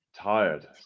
Tired